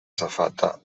safata